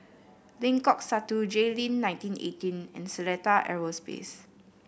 Lengkok Satu Jayleen nineteen eighteen and Seletar Aerospace